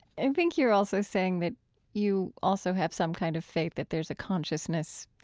i think you're also saying that you also have some kind of faith that there's a consciousness